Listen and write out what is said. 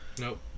nope